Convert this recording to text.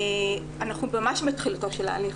אנחנו ממש בתחילתו של ההליך,